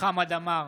חמד עמאר,